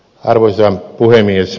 arvoisa puhemies